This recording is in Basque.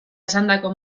esandako